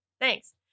Thanks